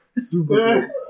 Super